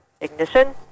ignition